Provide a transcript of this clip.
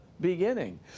beginning